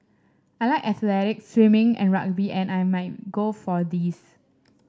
I like athletics swimming and rugby and I might go for these